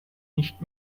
nicht